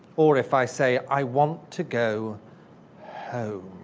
or if i say i want to go home.